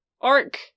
arc